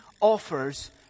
offers